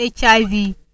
HIV